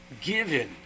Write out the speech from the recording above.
given